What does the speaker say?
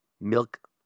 milk